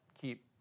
keep